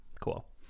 Cool